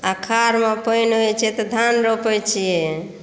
आषाढ़मे पानि होइ छै तऽ धान रोपै छी